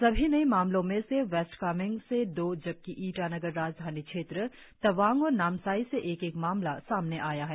सभी नए मामलो मे से वेस्ट कामेंग से दो जबकि ईटानगर राजधानी क्षेत्र तवांग और नामसाई से एक एक मामला सामने आया है